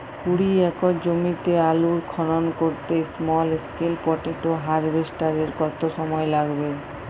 কুড়ি একর জমিতে আলুর খনন করতে স্মল স্কেল পটেটো হারভেস্টারের কত সময় লাগবে?